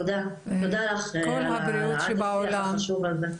תודה לך על העלאת השיח החשוב הזה.